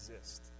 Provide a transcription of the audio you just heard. exist